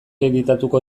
editatuko